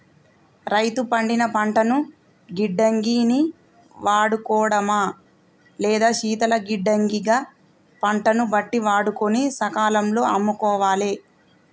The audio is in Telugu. రైతు పండిన పంటను గిడ్డంగి ని వాడుకోడమా లేదా శీతల గిడ్డంగి గ పంటను బట్టి వాడుకొని సకాలం లో అమ్ముకోవాలె